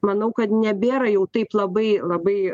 manau kad nebėra jau taip labai labai